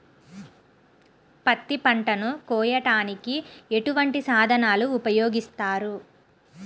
పత్తి పంటను కోయటానికి ఎటువంటి సాధనలు ఉపయోగిస్తారు?